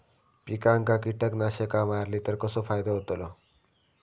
पिकांक कीटकनाशका मारली तर कसो फायदो होतलो?